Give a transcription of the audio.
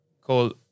called